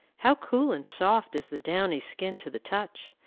how cool and soft is the downy skin to the touch!